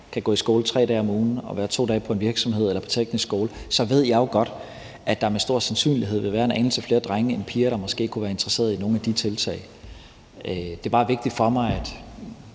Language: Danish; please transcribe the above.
kan gå i skole 3 dage om ugen og være 2 dage på en virksomhed eller på teknisk skole, så ved jeg jo godt, at der med stor sandsynlighed vil være en anelse flere drenge end piger, der måske kunne være interesserede i nogle af de tiltag. Det er bare vigtigt for mig, at